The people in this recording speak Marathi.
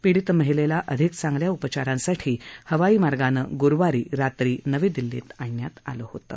पीडित महिलेला अधिक चांगल्या उपचारांसाठी हवाई मार्गानं गुरुवारी रात्री नवी दिल्लीत आणण्यात आलं होतं